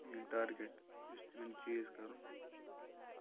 ییٚلہِ ٹارگیٚٹ یُس تِمَن چِیٖز کَرُن چھِ